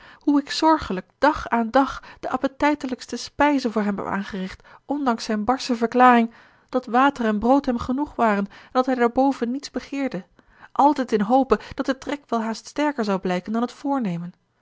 hoe ik zorgelijk dag aan dag de appetijtelijkste spijzen voor hem heb aangericht ondanks zijn barsche verklaring dat water en brood hem genoeg waren en dat hij daarboven niets begeerde altijd in hope dat de trek welhaast sterker zou blijken dan het voornemen